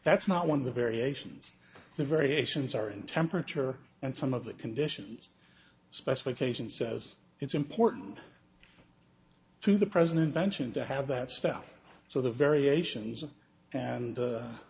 that's not one of the variations the variations are in temperature and some of the conditions specification says it's important to the president mentioned to have that stuff so the variations of and